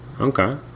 Okay